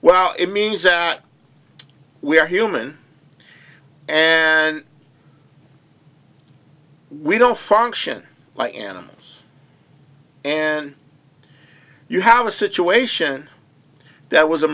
well it means that we are human and we don't function like animals and you have a situation that was